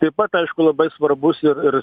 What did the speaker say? taip pat aišku labai svarbus ir ir